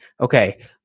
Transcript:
okay